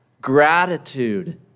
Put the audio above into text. gratitude